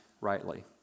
rightly